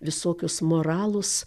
visokius moralus